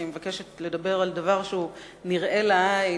אני מבקשת לדבר על דבר שנראה לעין,